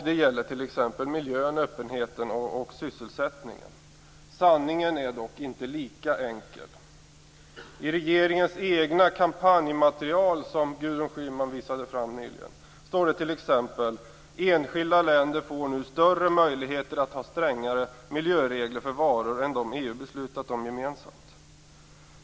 Det gäller t.ex. miljön, öppenheten och sysselsättningen. Sanningen är dock inte lika enkel. I regeringens eget kampanjmaterial, som Gudrun Schyman nyligen visade upp, står det t.ex.: Enskilda länder får nu större möjligheter att ha strängare miljöregler för varor än dem EU beslutat om gemensamt.